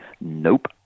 Nope